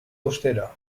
austera